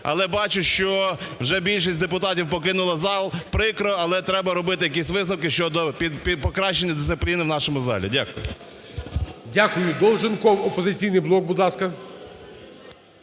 Але, бачу, що вже більшість депутатів покинуло зал, прикро, але треба робити якісь висновки щодо покращення дисципліни в нашому залі. Дякую. ГОЛОВУЮЧИЙ. Дякую. Долженков, "Опозиційний блок", будь ласка.